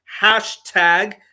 hashtag